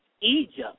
Egypt